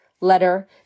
letter